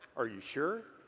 are you sure?